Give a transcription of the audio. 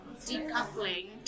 decoupling